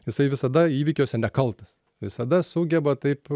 jisai visada įvykiuose nekaltas visada sugeba taip